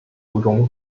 途中